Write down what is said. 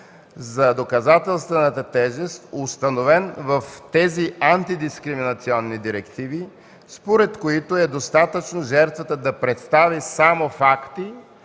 за доказателствената тежест, установен в тези антидискриминационни директиви, според които е достатъчно жертвата да представи само факти,